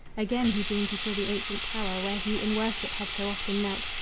again, he dreamed he saw the ancient tower where he in worship had so often knelt,